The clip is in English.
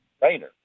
trainer